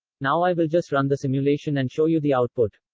now i will just run the simulation and show you the output.